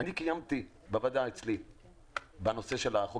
אני קיימתי בוועדה אצלי ישיבה בנושא של חוק